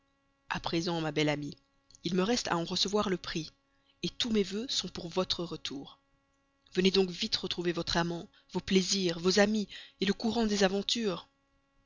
a présent ma belle amie il me reste à en recevoir le prix tous mes vœux sont pour votre retour venez donc vite retrouver votre amant vos plaisirs vos amis le courant des aventures